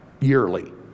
yearly